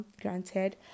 granted